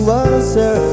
answer